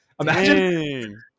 Imagine